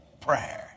prayer